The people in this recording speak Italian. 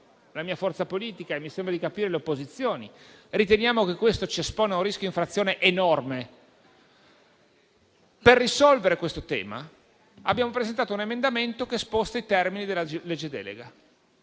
la mia forza politica e mi sembra di capire le opposizioni riteniamo che questo ci esponga a un rischio di infrazione enorme. Per risolvere questo tema abbiamo presentato un emendamento che sposta i termini della legge delega: